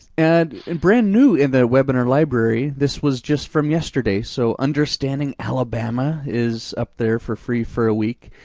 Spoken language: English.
and and brand new in their webinar library. this was just from yesterday, so understanding alabama is up there for free for a week.